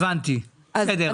הבנתי, בסדר.